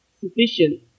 sufficient